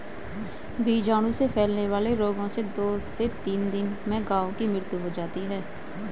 बीजाणु से फैलने वाले रोगों से दो से तीन दिन में गायों की मृत्यु हो जाती है